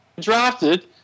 drafted